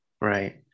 Right